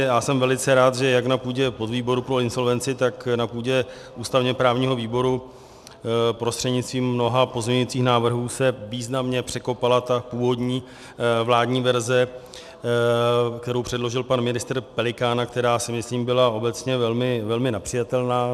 Já jsem velice rád, že jak na půdě podvýboru pro insolvenci, tak na půdě ústavněprávního výboru prostřednictvím mnoha pozměňujících návrhů se významně překopala ta původní vládní verze, kterou předložil pan ministr Pelikán a která, myslím, byla obecně velmi nepřijatelná.